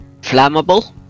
Flammable